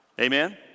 Amen